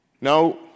Now